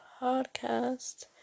podcast